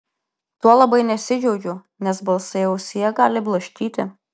tuo labai nesidžiaugiu nes balsai ausyje gali blaškyti